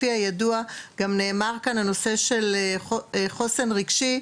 כפי הידוע גם נאמר כאן הנושא של חוסן רגשי.